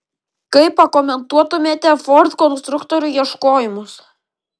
kaip pakomentuotumėte ford konstruktorių ieškojimus